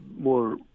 more